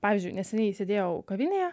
pavyzdžiui neseniai sėdėjau kavinėje